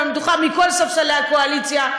ואני בטוחה שמכל ספסלי הקואליציה,